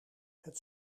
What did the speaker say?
het